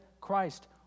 Christ